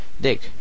Dick